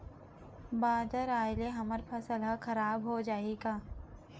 बादर आय ले हमर फसल ह खराब हो जाहि का?